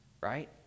right